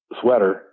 sweater